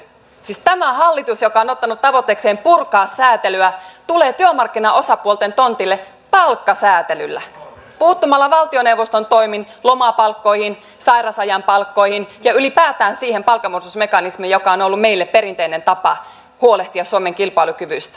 siis tämä hallitus joka on ottanut tavoitteekseen purkaa säätelyä tulee työmarkkinaosapuolten tontille palkkasäätelyllä puuttumalla valtioneuvoston toimin lomapalkkoihin sairausajan palkkoihin ja ylipäätään siihen palkanmuodostusmekanismiin joka on ollut meille perinteinen tapa huolehtia suomen kilpailukyvystä